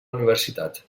universitat